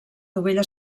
dovella